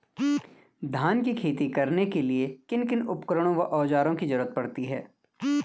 धान की खेती करने के लिए किन किन उपकरणों व औज़ारों की जरूरत पड़ती है?